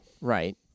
right